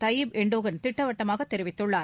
Tayyip Erdogan திட்டவட்டமாகத் தெரிவித்துள்ளார்